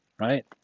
Right